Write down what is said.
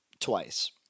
Twice